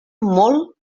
molt